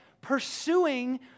pursuing